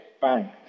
bang